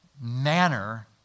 manner